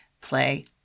play